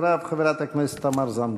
אחריו, חברת הכנסת תמר זנדברג.